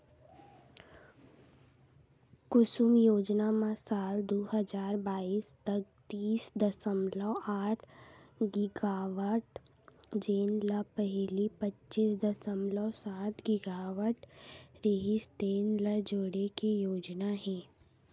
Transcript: कुसुम योजना म साल दू हजार बाइस तक तीस दसमलव आठ गीगावाट जेन ल पहिली पच्चीस दसमलव सात गीगावाट रिहिस तेन ल जोड़े के योजना हे